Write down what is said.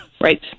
right